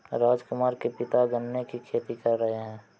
राजकुमार के पिता गन्ने की खेती कर रहे हैं